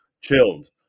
chilled